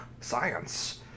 science